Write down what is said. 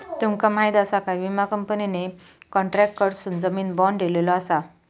तुमका माहीत आसा काय, विमा कंपनीने कॉन्ट्रॅक्टरकडसून जामीन बाँड दिलेलो आसा